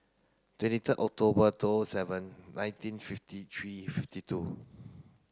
twenty third October two O O seven nineteen fifty three fifty two